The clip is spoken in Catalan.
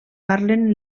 parlen